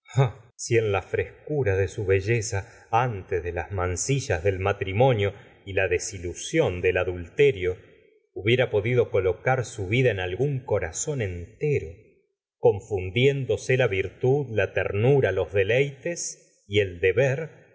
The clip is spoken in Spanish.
si en la frescura de su belleza antes de las mancillas del matrimonio y la desilusión del adulterio hubiera podido colocar su vida en algún corazón entero confundiéndose la virtud la ternura los deleites y el deber